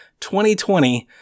2020